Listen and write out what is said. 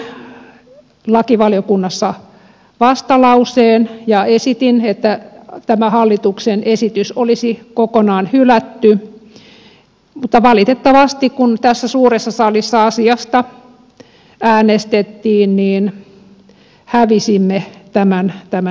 tein lakivaliokunnassa vastalauseen ja esitin että tämä hallituksen esitys olisi kokonaan hylätty mutta valitettavasti kun tässä suuressa salissa asiasta äänestettiin hävisimme tämän esityksen